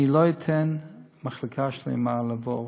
אני לא אתן למחלקה שלמה לעבור.